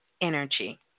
energy